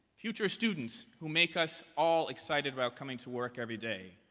future students, who make us all excited about coming to work every day.